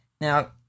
now